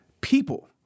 people